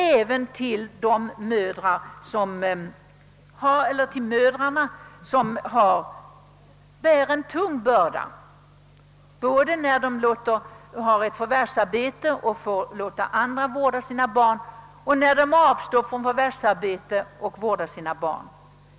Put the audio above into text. Det skulle även vara intressant att veta för mödrarna, som bär en tung börda både när de har ett förvärvsarbete och får låta andra vårda sina barn och när de avstår från förvärvsarbete och vårdar sina barn själva.